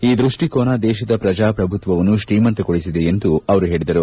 ಈ ದೃಷ್ಟಿಕೋನ ದೇಶದ ಪ್ರಜಾಪ್ರಭುತ್ವವನ್ನು ತ್ರೀಮಂತಗೊಳಿಸಿದೆ ಎಂದು ಹೇಳಿದರು